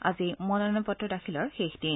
আজি মনোনয়ন পত্ৰ দাখিলৰ শেষ দিন